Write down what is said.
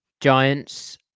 Giants